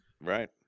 Right